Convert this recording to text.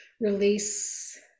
release